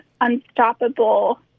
unstoppable